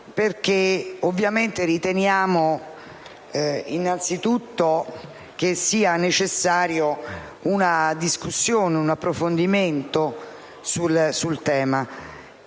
ovviamente riteniamo che siano innanzitutto necessari una discussione e un approfondimento sul tema.